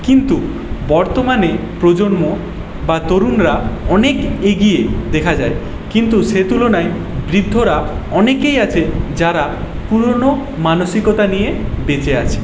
কিন্তু বর্তমানে প্রজন্ম বা তরুণরা অনেক এগিয়ে দেখা যায় কিন্তু সে তুলনায় বৃদ্ধরা অনেকেই আছে যারা পুরোনো মানসিকতা নিয়ে বেঁচে আছে